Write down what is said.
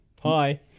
Hi